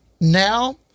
now